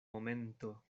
momento